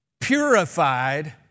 purified